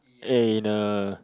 in a